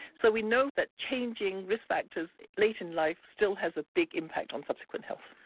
so we know that changing risk factors late in life still has a big impact on subsequent health.